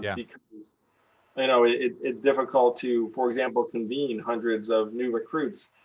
yeah because you know it's it's difficult to, for example, convene hundreds of new recruits